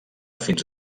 fins